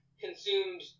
consumed